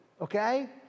okay